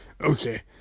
Okay